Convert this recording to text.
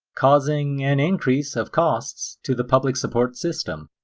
causing an increase of costs to the public support system.